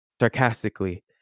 sarcastically